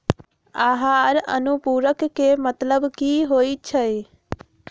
आहार अनुपूरक के मतलब की होइ छई?